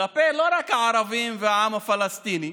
לא רק כלפי הערבים והעם הפלסטיני,